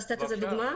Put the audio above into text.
לתת דוגמה?